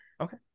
Okay